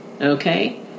okay